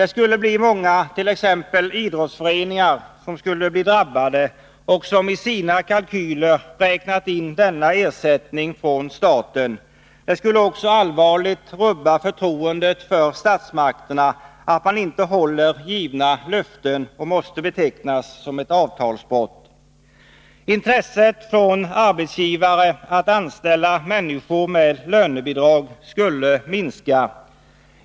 T. ex. många idrottsföreningar skulle bli drabbade, eftersom de i sina kalkyler räknat in denna ersättning från staten. Det skulle också allvarligt rubba förtroendet för statsmakterna, att man inte håller givna löften. Det måste betecknas som ett avtalsbrott. Intresset från arbetsgivare att anställa människor med lönebidrag skulle minska.